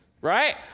right